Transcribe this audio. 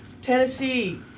Tennessee